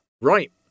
Right